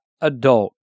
adult